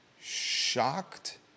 shocked